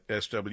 SW